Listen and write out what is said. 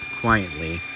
quietly